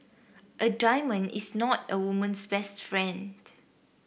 a diamond is not a woman's best friend